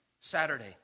Saturday